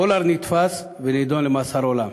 פולארד נתפס ונידון למאסר עולם.